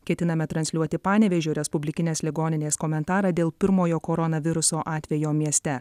ketiname transliuoti panevėžio respublikinės ligoninės komentarą dėl pirmojo koronaviruso atvejo mieste